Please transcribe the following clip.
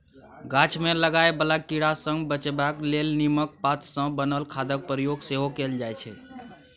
गाछ मे लागय बला कीड़ा सँ बचेबाक लेल नीमक पात सँ बनल खादक प्रयोग सेहो कएल जाइ छै